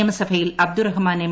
നിയമസഭയിൽ അബ്ദുറഹ്മാൻ എം